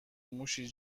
موشی